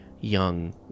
Young